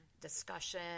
discussion